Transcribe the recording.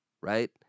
right